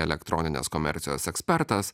elektroninės komercijos ekspertas